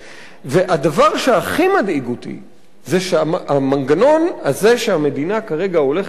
והדבר שהכי מדאיג אותי זה שהמנגנון הזה שהמדינה כרגע הולכת אליו